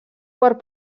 quart